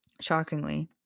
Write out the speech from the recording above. Shockingly